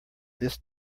this